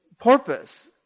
Porpoise